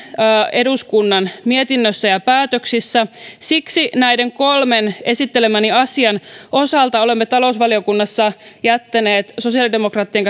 eduskunnan mietinnössä ja päätöksissä siksi näiden kolmen esittelemäni asian osalta olemme talousvaliokunnassa jättäneet sosiaalidemokraattien